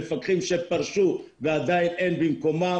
מפקחים שפרשו ועדיין אין במקומם,